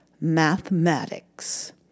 mathematics